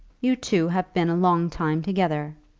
you two have been a long time together,